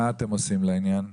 מה אתם עושים בעניין?